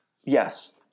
Yes